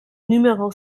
numéro